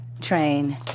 train